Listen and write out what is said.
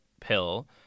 Pill